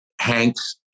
Hank's